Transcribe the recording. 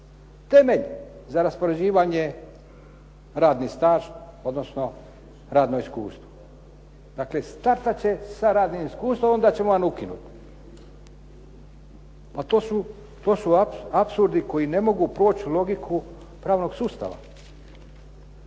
temeljem za raspoređivanje radni staž, odnosno radno iskustvo. Dakle, startati će sa radnim iskustvom, onda ćemo vam ukinuti. Pa to su apsurdi koji ne mogu proći logiku pravnog sustava.